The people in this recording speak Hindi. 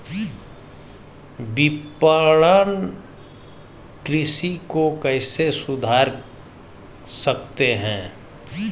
विपणन कृषि को कैसे सुधार सकते हैं?